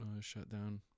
shutdown